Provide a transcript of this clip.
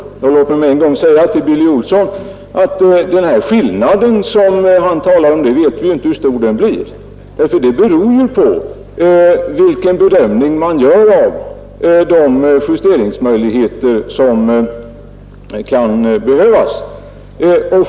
Låt mig då också med en gång säga till herr Olsson i Kil, att när det gäller den här skillnaden som han talar om, så vet vi ju inte hur stor den blir, för det beror på vilken bedömning man gör av de justeringsmöjligheter som kan behövas.